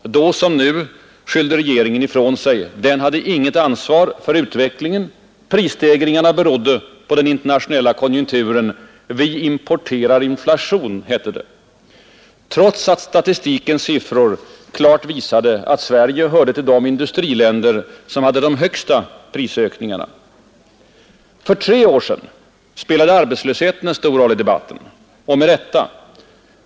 Då som nu skyllde regeringen ifrån sig. Den hade inget ansvar för utvecklingen. Prisstegringarna berodde på den internationella konjunkturen. Vi importerar inflation, hette det. Trots att statistikens siffror klart visade, att Sverige hörde till de industriländer, som hade de högsta prisökningarna. För tre år sedan spelade arbetslösheten en stor roll i debatten. Och med rätta.